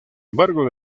embargo